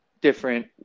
different